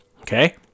Okay